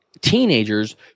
teenagers